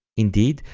indeed,